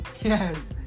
yes